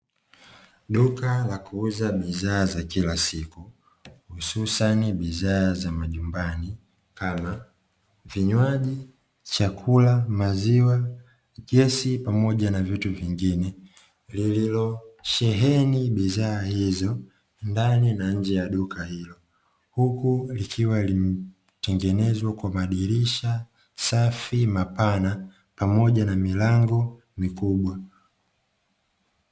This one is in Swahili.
Duka la kuuza bidha za kila siku hususan bidha za majumbani kama: vinywaji, chakula, maziwa, gesi pamoja na vitu vingine. Lililosheheni bidhaa hizo ndani na nje ya duka hilo, huku lilikiwa limetengenezwa kwa madirisha safi na mapana pamoja na milango mikubwa.